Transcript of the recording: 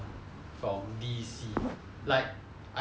from D_C like I think